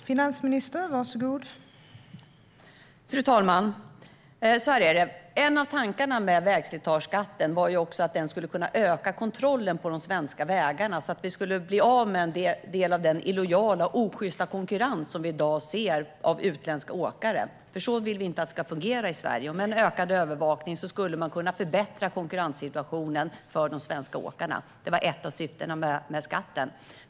Fru talman! En av tankarna med vägslitageskatten var att den skulle kunna öka kontrollen på de svenska vägarna så att vi kunde bli av med en del av den illojala och osjysta konkurrens från utländska åkare som vi i dag ser. Så vill vi inte att det ska fungera i Sverige, och med en ökad övervakning skulle man kunna förbättra konkurrenssituationen för de svenska åkarna. Det var ett av syftena med skatten.